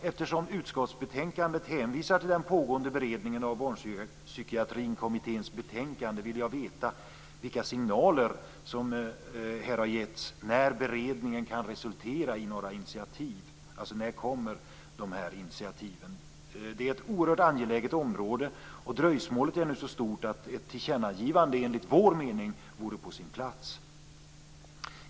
Eftersom utskottsbetänkandet hänvisar till den pågående beredningen av Barnpsykiatrikommitténs betänkande vill jag veta vilka signaler som här har getts om när beredningen kan resultera i några initiativ. Det är ett oerhört angeläget område, och dröjsmålet är nu så stort att ett tillkännagivande enligt vår mening vore på sin plats.